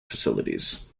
facilities